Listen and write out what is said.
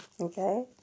okay